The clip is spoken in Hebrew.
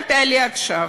אתה תעלה עכשיו,